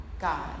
God